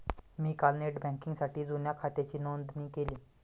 मी काल नेट बँकिंगसाठी जुन्या खात्याची नोंदणी केली